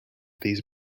these